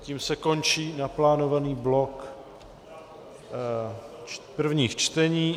Tím se končí naplánovaný blok prvních čtení.